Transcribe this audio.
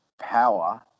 power